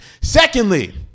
Secondly